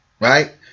right